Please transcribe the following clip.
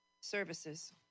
services